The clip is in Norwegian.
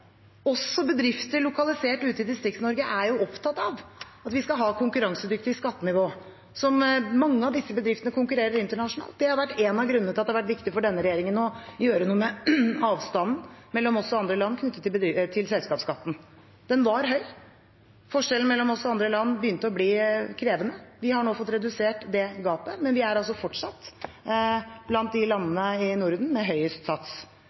Også bedrifter lokalisert ute i Distrikts-Norge er opptatt av at vi skal ha et konkurransedyktig skattenivå – mange av disse bedriftene konkurrerer internasjonalt. Det har vært en av grunnene til at det har vært viktig for denne regjeringen å gjøre noe med avstanden mellom oss og andre land knyttet til selskapsskatten. Den var høy. Forskjellen mellom oss og andre land begynte å bli krevende. Vi har nå fått redusert det gapet, men vi er fortsatt blant de landene i Norden med høyest sats.